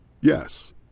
Yes